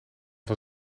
van